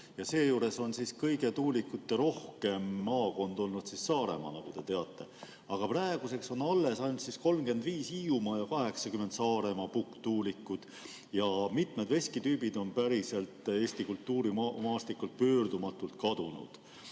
Seejuures on kõige tuulikuterohkem maakond olnud Saaremaa, nagu te teate. Aga praeguseks on alles ainult 35 Hiiumaa ja 80 Saaremaa pukktuulikut ning mitmed veskitüübid on Eesti kultuurimaastikult pöördumatult kadunud.